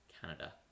Canada